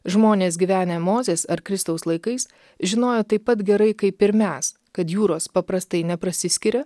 žmonės gyvenę mozės ar kristaus laikais žinojo taip pat gerai kaip ir mes kad jūros paprastai neprasiskiria